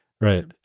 Right